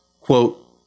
quote